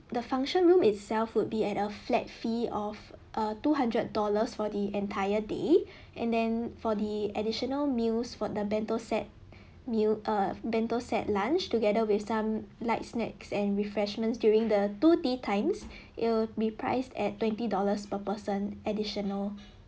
the function room itself would be at a flat fee of err two hundred dollars for the entire day and then for the additional meals for the bento set meal err bento set lunch together with some light snacks and refreshments during the two tea times it'll be priced at twenty dollars per person additional